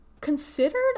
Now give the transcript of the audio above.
considered